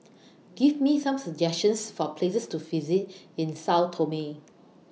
Give Me Some suggestions For Places to visit in Sao Tome